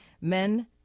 men